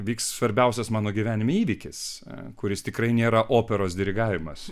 vyks svarbiausias mano gyvenime įvykis kuris tikrai nėra operos dirigavimas